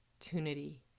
opportunity